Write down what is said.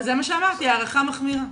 זה מה שאמרתי, הערכה מחמירה.